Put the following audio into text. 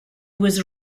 was